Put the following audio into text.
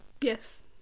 Yes